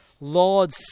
Lord